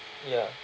ya